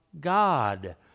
God